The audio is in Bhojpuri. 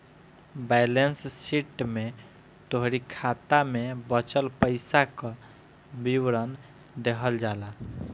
बैलेंस शीट में तोहरी खाता में बचल पईसा कअ विवरण देहल जाला